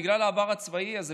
שזה בגלל העבר הצבאי הזה,